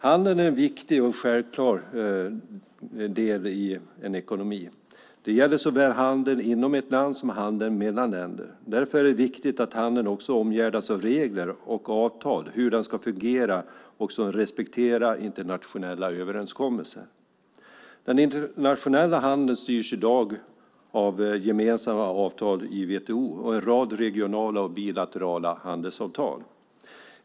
Handeln är en viktig och självklar del i en ekonomi. Det gäller såväl handeln inom ett land som handeln mellan länder. Därför är det viktigt att handeln också omgärdas av regler och avtal för hur den ska fungera och att internationella överenskommelser också respekteras. Den internationella handeln styrs i dag av gemensamma avtal i WTO och en rad regionala och bilaterala handelsavtal.